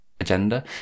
Agenda